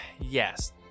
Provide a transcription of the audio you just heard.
yes